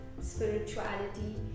spirituality